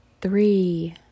Three